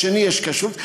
לשני יש כשרות,